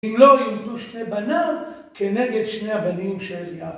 אם לא יירדו שתי בניו, כנגד שני הבנים של...